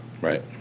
Right